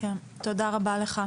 תודה רבה לך.